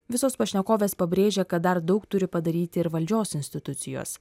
visos pašnekovės pabrėžia kad dar daug turi padaryti ir valdžios institucijos